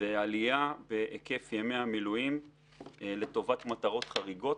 ועלייה בהיקף ימי המילואים למטרות חריגות.